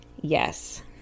Yes